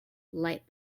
light